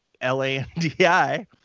L-A-N-D-I